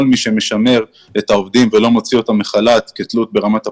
כל מי שמשמר את העובדים ולא מוציא אותם לחל"ת כתלות ברמת הפגיעה,